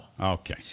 Okay